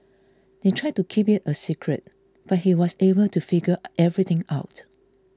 they tried to keep it a secret but he was able to figure everything out